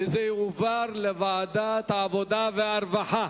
והיא תועבר לוועדת העבודה והרווחה.